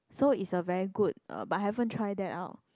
so it's a very good uh but haven't try that out